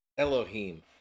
Elohim